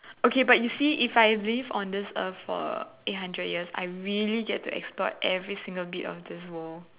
okay but you see if I live on this earth for eight hundred years I really get to explore every single bit of this world